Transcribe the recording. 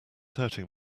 hurting